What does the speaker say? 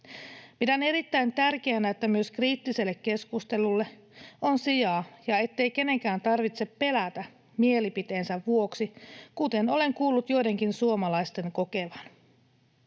Pidän erittäin tärkeänä, että myös kriittiselle keskustelulle on sijaa ja ettei kenenkään tarvitse pelätä mielipiteensä vuoksi, kuten olen kuullut joidenkin suomalaisten kokevan.